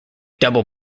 double